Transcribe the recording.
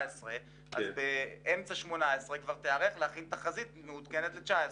אז באמצע 2018 תיערך להכין תחזית מעודכנת ל-2019.